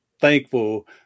thankful